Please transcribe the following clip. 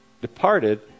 departed